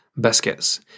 biscuits